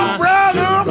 brother